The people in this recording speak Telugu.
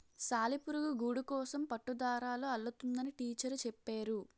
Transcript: సాలిపురుగు గూడుకోసం పట్టుదారాలు అల్లుతుందని టీచరు చెప్పేరు